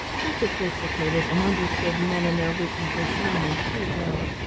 too sophisticated, and understood men and their weaknesses only too well.